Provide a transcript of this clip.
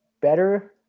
better